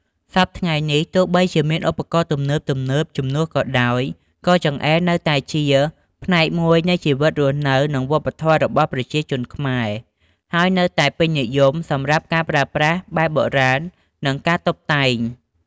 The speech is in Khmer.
សព្វថ្ងៃនេះ ទោះបីជាមានឧបករណ៍ទំនើបៗជំនួសក៏ដោយ ក៏ចង្អេរនៅតែជាផ្នែកមួយនៃជីវិតរស់នៅ និងវប្បធម៌របស់ប្រជាជនខ្មែរ ហើយនៅតែពេញនិយមសម្រាប់ការប្រើប្រាស់បែបបុរាណ និងការតុបតែង។